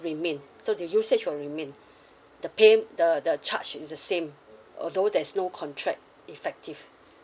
remain so the usage will remain the pay~ the charge is the same although there's no contract effective